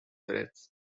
wreaths